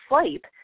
sleep